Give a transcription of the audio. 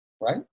right